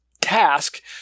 task